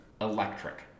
electric